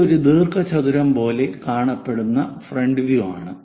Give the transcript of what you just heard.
ഇത് ഒരു ദീർഘചതുരം പോലെ കാണപ്പെടുന്ന ഫ്രണ്ട് വ്യൂ ആണ്